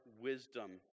wisdom